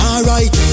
Alright